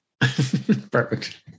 Perfect